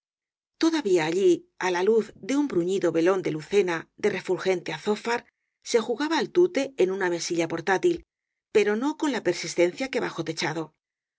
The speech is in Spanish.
todavía allí á la luz de un bruñido velón de lucena de refulgente azófar se jugaba al tute en una mesilla portátil pero no con la persistencia que bajo techado